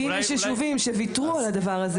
אם הוא הגיע כבר ל-400 והמשיך להקצות,